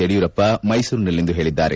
ಯಡಿಯೂರಪ್ಪ ಮೈಸೂರಿನಲ್ಲಿಂದು ಹೇಳಿದ್ದಾರೆ